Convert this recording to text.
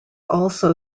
also